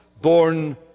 born